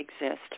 exist